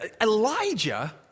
Elijah